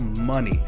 money